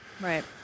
Right